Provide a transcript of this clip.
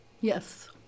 Yes